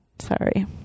Sorry